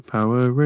Power